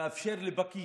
מאפשר לפקיד,